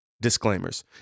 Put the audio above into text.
Disclaimers